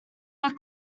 are